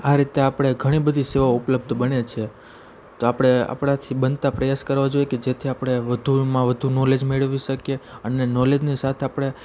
આ રીતે આપણે ઘણી બધી સેવાઓ ઉપલબ્ધ બને છે તો આપણે આપણાથી બનતા પ્રયાસ કરવા જોઈએ કે જેથી આપણે વધુમાં વધુ નોલેજ મેળવી શકીએ અને નોલેજની સાથે આપણે